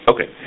Okay